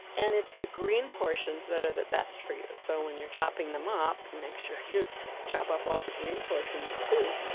and it's the green portions that are the best for you so when you're chopping them up, make sure you chop up all the green portions too.